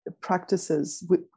practices